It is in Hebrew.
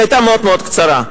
היא היתה מאוד-מאוד קצרה.